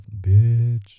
bitch